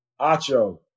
Acho